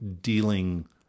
dealing